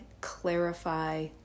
clarify